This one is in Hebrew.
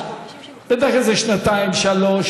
בטח איזה שנתיים-שלוש,